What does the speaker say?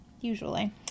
Usually